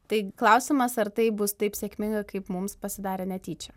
tai klausimas ar taip bus taip sėkminga kaip mums pasidarė netyčia